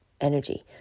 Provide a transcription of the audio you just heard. energy